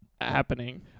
happening